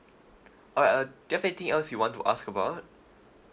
all right uh there's anything else you want to ask about